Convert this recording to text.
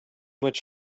much